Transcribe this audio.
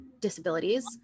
disabilities